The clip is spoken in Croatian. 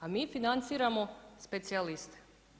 A mi financiramo specijaliste.